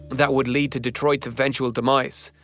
that would lead to detroit's eventually demise.